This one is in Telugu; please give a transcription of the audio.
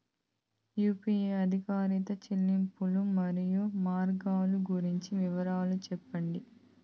యు.పి.ఐ ఆధారిత చెల్లింపులు, మరియు మార్గాలు గురించి వివరాలు సెప్పండి?